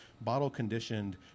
bottle-conditioned